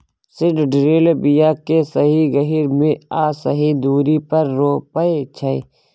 seed drill बीया केँ सही गहीर मे आ सही दुरी पर रोपय छै